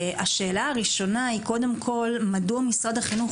השאלה הראשונה היא קודם כל מדוע משרד החינוך